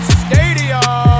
stadium